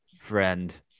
friend